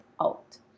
out